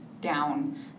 down